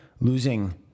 losing